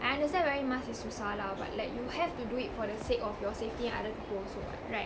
I understand wearing mask is susah lah but like you have to do it for the sake of your safety and other people also [what] right